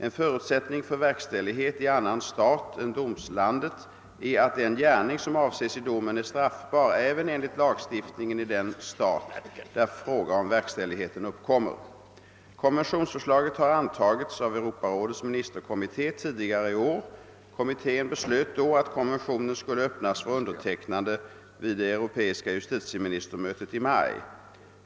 En förutsättning för verkställighet i annan stat än domslandet är att den gärning som avses i domen är straffbar även enligt lagstiftningen i den stat där fråga om verkställigheten uppkommer. Konventionsförslaget har antagits av Europarådets ministerkommitté tidigare i år. Kommittén beslöt då att konventionen skulle öppnas för undertecknande vid det europeiska justitieministermötet i maj.